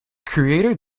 creator